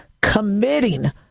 committing